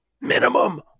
Minimum